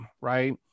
right